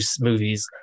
movies